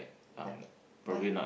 but by